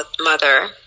mother